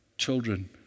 Children